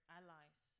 allies